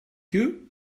you